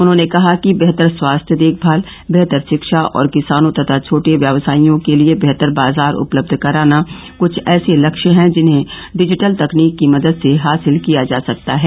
उन्हॉने कहा कि बेहतर स्वास्थ्य देखभाल बेहतर शिक्षा और किसानों तथा छोटे व्यवसाइयों के लिए बेहतर बाजार उपलब्ध कराना क्छ ऐसे लक्ष्य हैं जिन्हें डिजिटल तकनीक की मदद से हासिल किया जा सकता है